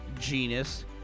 genus